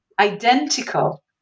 identical